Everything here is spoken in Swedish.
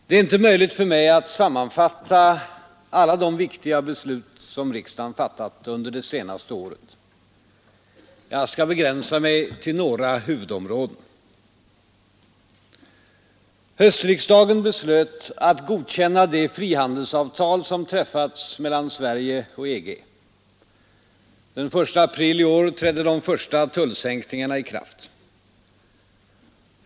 Det är inte möjligt för mig att sammanfatta alla de viktiga beslut som riksdagen fattat under det senaste året. Jag skall begränsa mig till några huvudområden. Höstriksdagen beslöt att godkänna det frihandelsavtal som träffa mellan Sverige och EG. Den 1 april i år trädde de första tullsänkningarna i kraft.